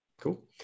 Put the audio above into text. Cool